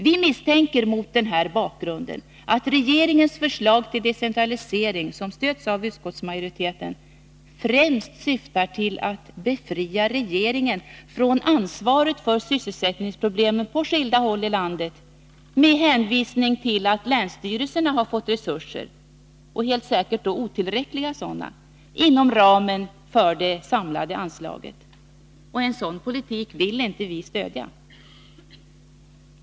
Vi misstänker, mot den här bakgrunden, att regeringens förslag till decentralisering — som stöds av utskottsmajoriteten — främst syftar till att befria regeringen från ansvaret för sysselsättningsproblemen på skilda håll i landet, med hänvisning till att länsstyrelserna har fått resurser — och helt säkert otillräckliga sådana — inom ramen för det samlade anslaget. En sådan politik vill vi inte stödja.